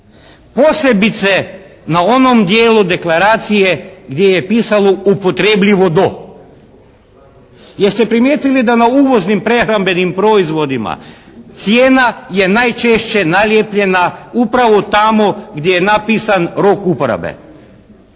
Posebice na onom dijelu deklaracije gdje je pisalo upotrebljivo do? Jeste primijetili da na uvoznim prehrambenim proizvodima cijena je najčešće nalijepljena upravo tamo gdje je napisan rok uporabe?